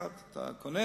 אתה נכנס לבית-מרקחת,